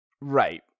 Right